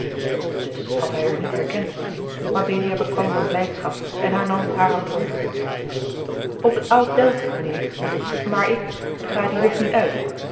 dus had hij haar niet herkend mabelia bekwam van blijdschap en hernam haar aplomb op het oud delft mijnheer maar ik ga dien weg niet uit